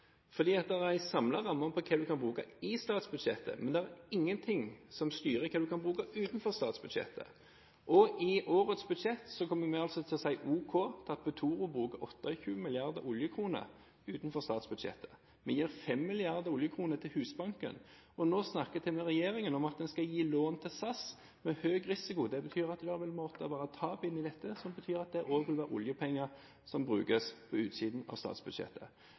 fordi det er en samlet ramme for hva du kan bruke i statsbudsjettet, men det er ingenting som styrer hva du kan bruke utenfor statsbudsjettet. I årets budsjett kommer vi altså til å si ok til at Petoro bruker 28 mrd. oljekroner utenfor statsbudsjettet. Vi gir 5 mrd. oljekroner til Husbanken, og nå snakker til og med regjeringen om at en skal gi lån til SAS med høy risiko. Det betyr at det vil måtte være tap inne i dette, som betyr at det også vil være oljepenger som brukes på utsiden av statsbudsjettet.